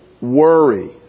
worry